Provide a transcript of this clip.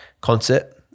concert